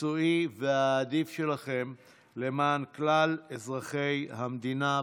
המקצועי והאדיב שלכם למען כלל אזרחי המדינה.